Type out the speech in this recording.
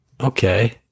okay